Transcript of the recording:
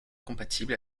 compatible